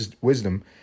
wisdom